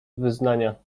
wyznania